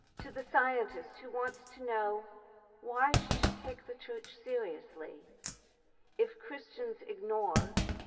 to the scientist who wants to know why she should take the church seriously if christians ignore,